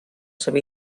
seva